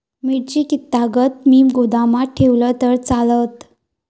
मिरची कीततागत मी गोदामात ठेवलंय तर चालात?